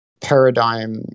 paradigm